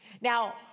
Now